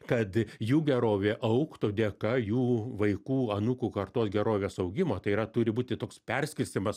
kad jų gerovė augtų dėka jų vaikų anūkų kartos gerovės augimo tai yra turi būti toks perskirstymas